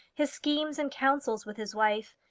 his schemes and councils with his wife.